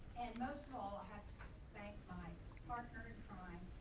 and most of all i have to thank my partner in crime,